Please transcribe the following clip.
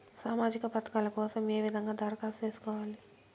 సామాజిక పథకాల కోసం ఏ విధంగా దరఖాస్తు సేసుకోవాలి